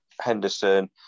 Henderson